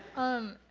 um,